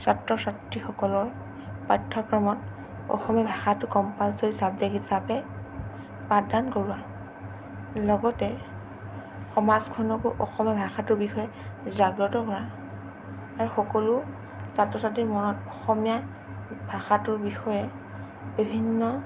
ছাত্ৰ ছাত্ৰীসকলৰ পাঠ্যক্ৰমত অসমীয়া ভাষাটো কম্পালচৰি চাব্জেক্ট হিচাপে পাঠদান কৰোঁৱা লগতে সমাজখনকো অসমীয়া ভাষাটোৰ বিষয়ে জাগ্ৰত কৰা আৰু সকলো ছাত্ৰ ছাত্ৰীক অসমীয়া ভাষাটোৰ বিষয়ে বিভিন্ন